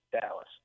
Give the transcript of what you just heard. Dallas